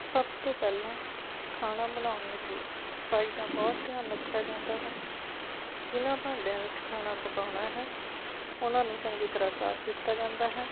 ਸਭ ਤੋਂ ਪਹਿਲਾਂ ਖਾਣਾ ਬਣਾਉਣ ਲੱਗੇ ਸਫ਼ਾਈ ਦਾ ਬਹੁਤ ਧਿਆਨ ਰੱਖਿਆ ਜਾਂਦਾ ਹੈ ਜਿਨ੍ਹਾਂ ਭਾਂਡਿਆਂ ਵਿੱਚ ਖਾਣਾ ਪਕਾਉਣਾ ਹੈ ਉਹਨਾਂ ਨੂੰ ਚੰਗੀ ਤਰ੍ਹਾਂ ਸਾਫ਼ ਕੀਤਾ ਜਾਂਦਾ ਹੈ